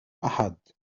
أحد